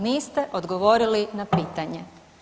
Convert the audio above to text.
Niste odgovorili na pitanje.